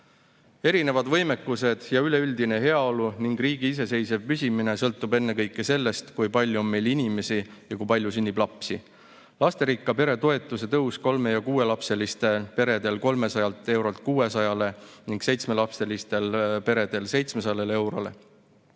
saab. Erinevad võimekused, üleüldine heaolu ning riigi iseseisev püsimine sõltub ennekõike sellest, kui palju on meil inimesi ja kui palju sünnib lapsi. Lasterikka pere toetus tõuseb kolme- ja kuuelapselistel peredel 300 eurolt 600 eurole ning seitsmelapselistel peredel 700 eurole.